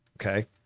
okay